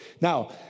Now